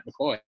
McCoy